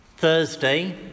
Thursday